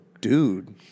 dude